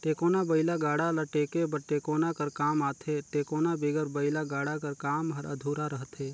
टेकोना बइला गाड़ा ल टेके बर टेकोना कर काम आथे, टेकोना बिगर बइला गाड़ा कर काम हर अधुरा रहथे